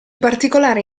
particolare